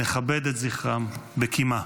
נכבד את זכרם בקימה.